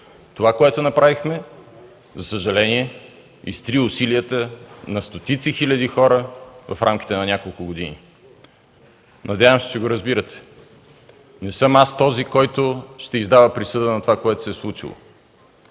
Това, което направихме, за съжаление, изтри усилията на стотици хиляди хора в рамките на няколко години. Надявам се, че го разбирате. Не съм аз този, който ще издава присъда за това, което се е случило.